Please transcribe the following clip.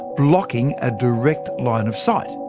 blocking a direct line of sight.